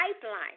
pipeline